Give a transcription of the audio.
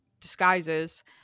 disguises